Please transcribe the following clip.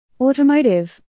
Automotive